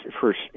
first